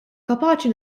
kapaċi